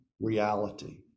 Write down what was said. reality